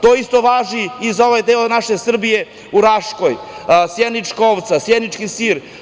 To isto važi i za ovaj deo naše Srbije u Raškoj, sjenička ovca, sjenički sir.